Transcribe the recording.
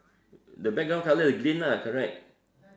the background colour is green lah correct